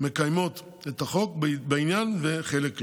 מקיימות את החוק בעניין זה וחלק לא.